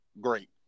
Great